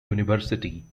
university